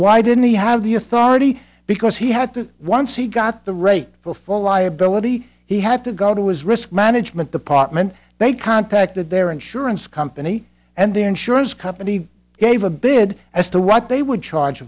why didn't he have the authority because he had to once he got the rate before liability he had to go to his risk management department they contacted their insurance company and their insurance company gave a bid as to what they would charge